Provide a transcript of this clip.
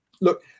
Look